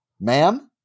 Ma'am